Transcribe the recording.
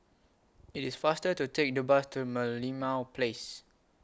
IT IS faster to Take The Bus to Merlimau Place